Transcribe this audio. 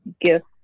gift